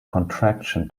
contraction